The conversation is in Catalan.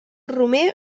romer